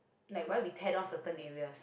like why we tear down certain areas